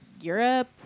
Europe